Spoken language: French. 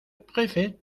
préfet